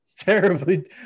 terribly